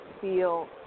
feel